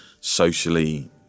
socially